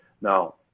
Now